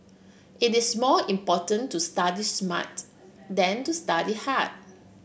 it is more important to study smart than to study hard